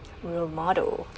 role model